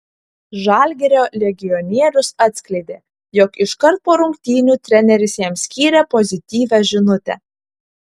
žalgirio legionierius atskleidė jog iškart po rungtynių treneris jam skyrė pozityvią žinutę